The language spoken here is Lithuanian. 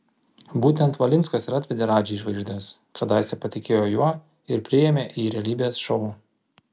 būtent valinskas ir atvedė radži į žvaigždes kadaise patikėjo juo ir priėmė į realybės šou